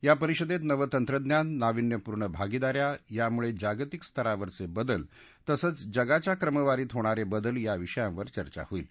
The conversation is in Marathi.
या परिषदेत नव तंत्रज्ञान नाविन्यपूर्ण भागिदा या यामुळे जागतिक स्तरावरचे बदल तसंच जगाच्या क्रमवारीत होणारे बदल या विषयांवर चर्चा होईल